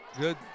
good